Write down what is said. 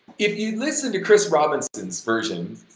if you listen to chris robinson's version,